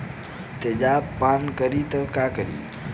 तेजाब पान करी त का करी?